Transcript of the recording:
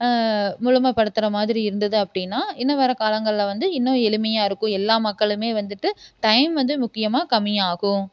முழுமைப்படுத்துகிற மாதிரி இருந்தது அப்படின்னா இன்னும் வர காலங்கள்ல வந்து இன்னும் எளிமையாக இருக்கும் எல்லா மக்களுமே வந்துட்டு டைம் வந்து முக்கியமாக கம்மியாகும்